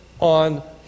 on